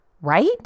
right